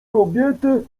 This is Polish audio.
kobietę